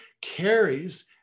carries